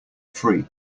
free